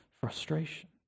frustration